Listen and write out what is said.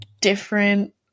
different